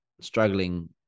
struggling